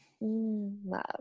love